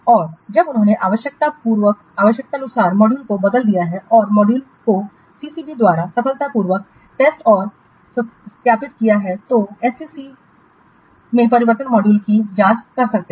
और जब उन्होंने आवश्यकतानुसार मॉड्यूल को बदल दिया है और मॉड्यूल को सीसीबी द्वारा सफलतापूर्वक परीक्षण और सत्यापित किया गया है तो वे एससीएससी में परिवर्तित मॉड्यूल की जांच कर सकते हैं